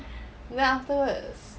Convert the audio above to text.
then afterwards